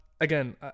again